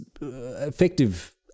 effective